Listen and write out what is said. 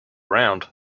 round